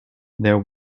there